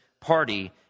party